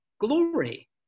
glory